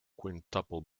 quintuple